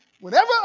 Whenever